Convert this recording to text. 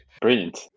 brilliant